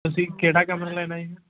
ਤੁਸੀਂ ਕਿਹੜਾ ਕਮਰਾ ਲੈਣ ਆਏ ਜੀ